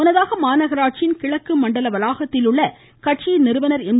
முன்னதாக மாநகராட்சியின் கிழக்கு மண்டல வளாகத்திலுள்ள கட்சியின் நிறுவனர் எம்